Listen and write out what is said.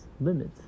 limits